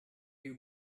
you